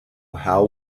how